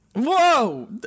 whoa